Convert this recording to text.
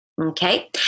Okay